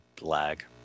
lag